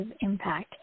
impact